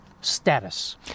status